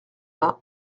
vingt